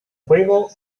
juego